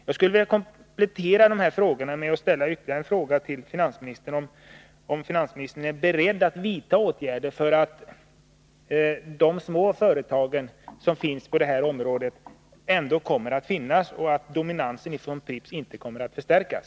Jag skulle vilja komplettera de tidigare frågorna genom att ställa ytterligare en fråga till finansministern: Är finansministern beredd att vidta åtgärder för att de små företagen i denna bransch skall kunna finnas kvar och för att dominansen från Pripps inte förstärks?